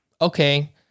okay